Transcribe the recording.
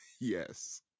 yes